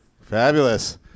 Fabulous